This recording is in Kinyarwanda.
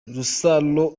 rusaro